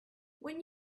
when